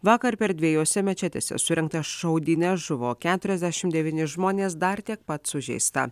vakar per dviejose mečetėse surengtas šaudynes žuvo keturiasdešim devyni žmonės dar tiek pat sužeista